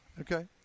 Okay